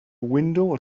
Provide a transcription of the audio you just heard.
window